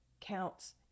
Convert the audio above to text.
counts